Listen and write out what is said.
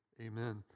amen